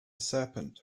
serpent